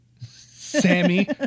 Sammy